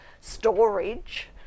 storage